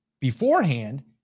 beforehand